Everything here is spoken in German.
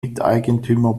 miteigentümer